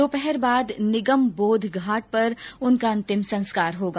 दोपहर बाद निगम बोध घाट पर उनका अंतिम संस्कार होगा